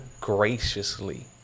graciously